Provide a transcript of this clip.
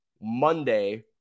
Monday